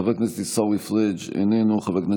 חבר הכנסת עיסאווי פריג' איננו,